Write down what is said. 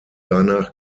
danach